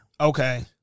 Okay